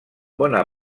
bona